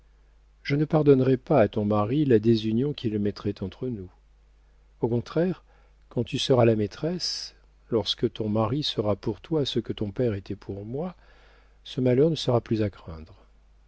je ne pardonnerais pas à ton mari la désunion qu'il mettrait entre nous au contraire quand tu seras la maîtresse lorsque ton mari sera pour toi ce que ton père était pour moi ce malheur ne sera plus à craindre